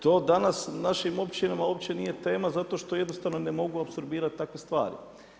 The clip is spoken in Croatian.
To danas u našim općinama uopće nije tema, zato što jednostavno ne mogu apsorbirati takve stvari.